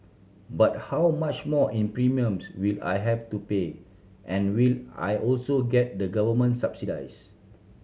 but how much more in premiums will I have to pay and will I also get the government subsidies